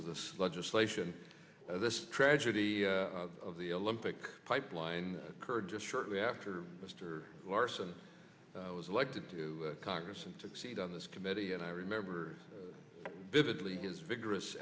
of this legislation this tragedy of the olympic pipeline occurred just shortly after mr larsen was elected to congress and took a seat on this committee and i remember vividly as vigorous